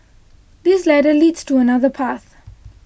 this ladder leads to another path